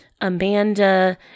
Amanda